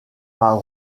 par